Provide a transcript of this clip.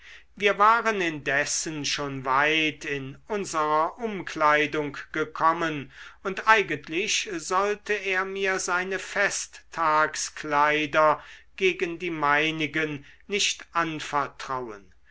wir waren indessen schon weit in unserer umkleidung gekommen und eigentlich sollte er mir seine festtagskleider gegen die meinigen nicht anvertrauen